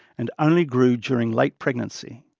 and only grew during late pregnancy.